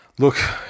Look